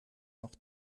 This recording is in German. noch